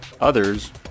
others